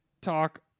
talk